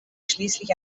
schließlich